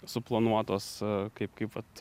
suplanuotos kaip kaip vat